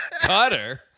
Cutter